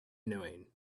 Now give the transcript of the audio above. knowing